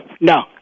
No